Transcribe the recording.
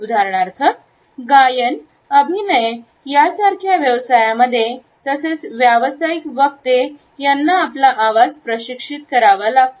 उदाहरणार्थ गायन अभिनय यासारख्या व्यवसायांमध्ये तसेच व्यावसायिक वक्ते यांना आपला आवाज प्रशिक्षित करावा लागतो